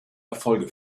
erfolge